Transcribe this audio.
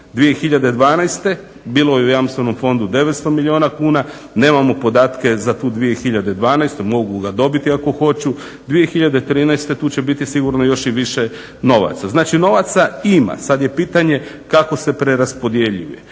2012.godine bilo je u jamstvenom fondu 900 milijuna kuna, nemamo podatke za tu 2012.mogu ga dobiti ako hoću, 2013.tu će biti sigurno još i više novaca. Znači novaca ima, sad je pitanje kako se preraspodjeljuje.